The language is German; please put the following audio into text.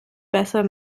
besser